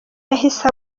yahise